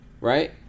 right